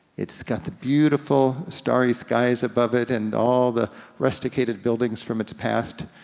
it's got the beautiful starry skies above it and all the rusticated buildings from its past.